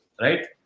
Right